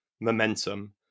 momentum